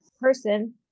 person